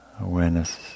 awareness